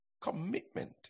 commitment